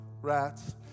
rats